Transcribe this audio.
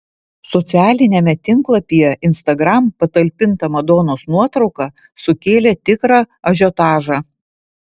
socialiniame tinklapyje instagram patalpinta madonos nuotrauka sukėlė tikrą ažiotažą